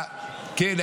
כן,